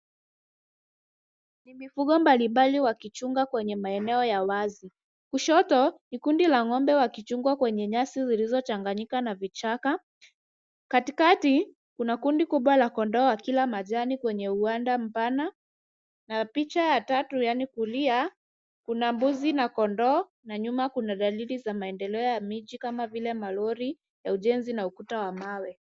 Mifugo mbalimbali wakichunga kwenye maeneo ya wazi. Kushoto, ni kundi la ngombe wakichungwa kwenye nyasi zilizo changanyika na vichaka. Katikati kuna kundi kubwa la kondoo wakila majani kwenye uwanda mpana na picha ya tatu yani kulia, kuna mbuzi na kondoo na nyuma kuna dalili za maendeleo ya miji kama vile malori ya ujenzi na ukuta wa mawe.